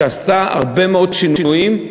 שעשתה הרבה מאוד שינויים,